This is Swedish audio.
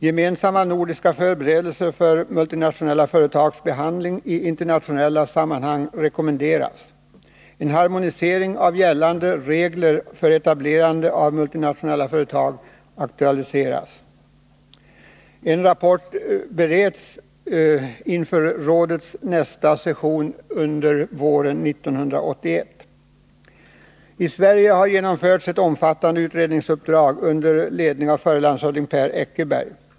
Gemensamma nordiska förberedelser för multinationella företags behandling i internationella sammanhang rekommenderas. En harmonisering av gällande regler för etablerande av multinationella företag aktualiseras. En rapport bereds inför rådets nästa session under våren 1981. I Sverige har genomförts ett omfattande utredningsuppdrag under ledning av förre landshövdingen Per Eckerberg.